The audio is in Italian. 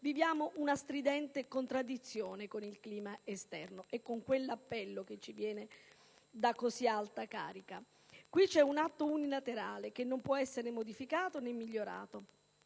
viviamo una stridente contraddizione con il clima esterno e con quell'appello che ci viene da così alta carica. Qui c'è un atto unilaterale che non può essere modificato né migliorato.